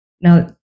now